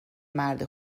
مرد